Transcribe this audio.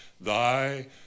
thy